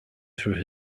through